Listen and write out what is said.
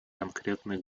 конкретный